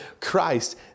Christ